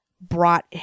brought